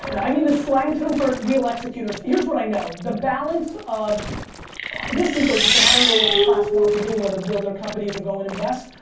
but i mean the slang term for real executors. here's what i know. the balance of this ecosystem, i don't know what the class wants to do, whether build their companies or go and invest.